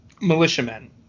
militiamen